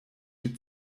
die